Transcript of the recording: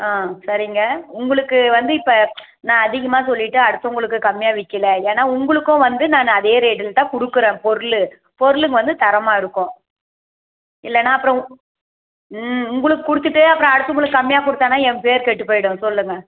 ஆ சரிங்க உங்களுக்கு வந்து இப்போ நான் அதிகமா சொல்லிட்டு அடுத்தவங்களுக்கு கம்மியா விக்கில ஏன்னால் உங்களுக்கும் வந்து நானு அதே ரேட்டுக்குத்தான் கொடுக்குறேன் பொருள் பொருள் வந்து தரமாக இருக்கும் இல்லைனா அப்புறம் உ ம் உங்களுக்கு கொடுத்துட்டு அப்புறம் அடுத்தவங்களுக்கு கம்மியா கொடுத்தேன்னா என் பெர் கெட்டுப் போயிடும் சொல்லுங்கள்